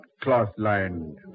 cloth-lined